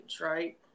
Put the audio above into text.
right